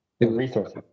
Resources